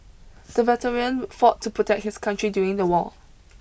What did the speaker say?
the veteran fought to protect his country during the war